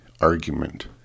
argument